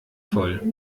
voll